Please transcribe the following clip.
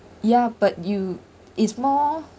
ya but you it's more